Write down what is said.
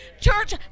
Church